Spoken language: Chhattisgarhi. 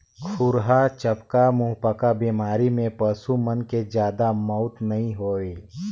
खुरहा चपका, मुहंपका बेमारी में पसू मन के जादा मउत नइ होय